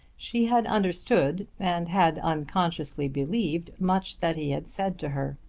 she had understood and had unconsciously believed much that he had said to her.